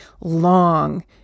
long